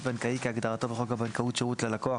בנקאי" כהגדרתו בחוק הבנקאות (שירות ללקוח),